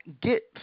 get